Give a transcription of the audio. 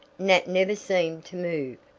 nat never seemed to move.